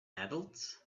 adults